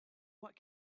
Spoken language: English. what